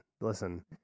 listen